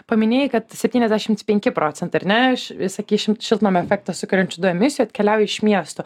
paminėjai kad septyniasdešimt penki procentai ar ne sakei šim šiltnamio efektą sukeliančių dujų emisija atkeliauja iš miesto